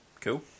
Cool